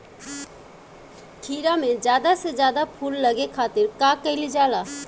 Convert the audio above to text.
खीरा मे ज्यादा से ज्यादा फूल लगे खातीर का कईल जाला?